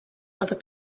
other